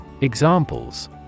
Examples